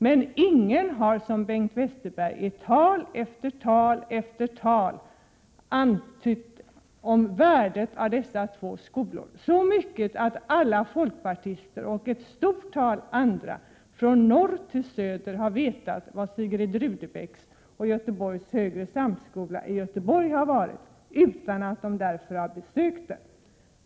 Men ingen har som Bengt Westerberg i tal efter tal redogjort för värdet av dessa två skolor, och detta så mycket att alla folkpartister och ett stort antal andra från norr till söder har fått veta var Sigrid Rudebecks gymnasium och Göteborgs högre samskola finns, detta utan att de därför har besökt dem.